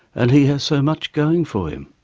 and he has so much going for him.